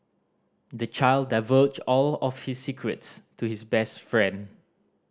the child divulged all his secrets to his best friend